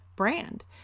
brand